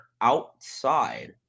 outside